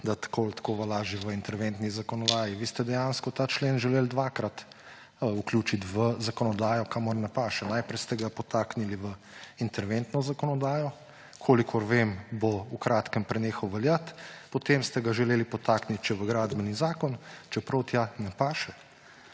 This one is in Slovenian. da tako ali tako že velja v interventni zakonodaji. Vi ste dejansko ta člen želeli dvakrat vključiti v zakonodajo, kamor ne paše. Najprej ste ga podtaknili v interventno zakonodajo; kolikor vem, bo v kratkem prenehal veljati. Potem ste ga želeli podtakniti še v Gradbeni zakon, čeprav tja ne paše.